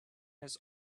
his